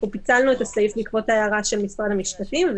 אנחנו פיצלנו את הסעיף בעקבות ההערה של משרד המשפטים.